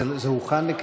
הצעת החוק אושרה,